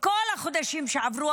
בכל החודשים שעברו,